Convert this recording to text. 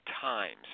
times